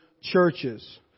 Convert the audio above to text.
churches